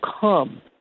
come